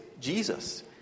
Jesus